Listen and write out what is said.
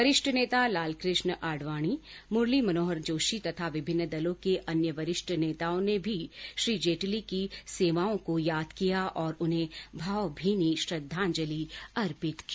वरिष्ठ नेता लाल कृष्ण आडवाणी मुरली मनोहर जोशी तथा विभिन्न दलों के अन्य वरिष्ठ नेताओं ने भी श्री जेटली की सेवाओं को याद किया और उन्हें भावभीनी श्रद्वांजलि अर्पित की